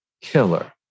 killer